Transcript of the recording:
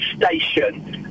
station